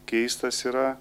keistas yra